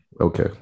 Okay